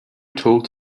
told